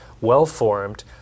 well-formed